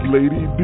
Lady